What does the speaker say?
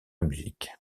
musique